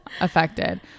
affected